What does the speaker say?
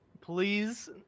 please